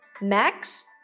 Max